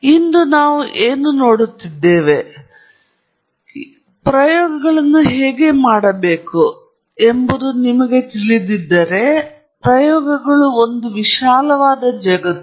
ಆದ್ದರಿಂದ ಇಂದು ನಾವು ಏನು ನೋಡುತ್ತಿದ್ದೇವೆ ಇದನ್ನು ಹೇಗೆ ಮಾಡಬೇಕೆಂದು ಮತ್ತು ಕನಿಷ್ಠವಾಗಿ ನಾನು ಏನು ಮಾಡುತ್ತಿದ್ದೇನೆ ಎಂಬುದು ನಿಮಗೆ ತಿಳಿದಿದ್ದರೆ ಪ್ರಯೋಗಗಳು ಒಂದು ವಿಶಾಲವಾದ ಜಗತ್ತು